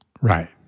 right